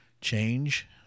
change